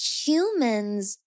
humans